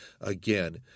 again